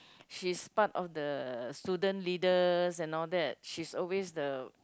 she is part of the student leaders and all that she's always the